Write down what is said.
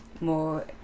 more